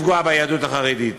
לפגוע ביהדות החרדית.